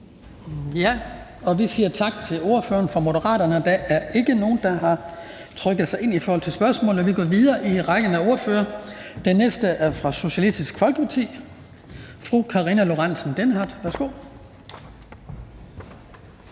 Vi siger tak til ordføreren for Moderaterne. Der er ikke nogen, der har trykket sig ind i forhold til spørgsmål, og vi går videre i rækken af ordførere. Den næste er fra Socialistiske Folkeparti. Fru Karina Lorentzen Dehnhardt, værsgo.